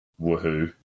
Woohoo